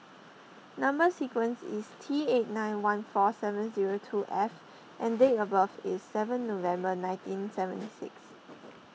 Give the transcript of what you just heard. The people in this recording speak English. Number Sequence is T eight nine one four seven zero two F and date of birth is seven November nineteen seventy six